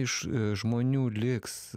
iš žmonių liks